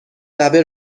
لبه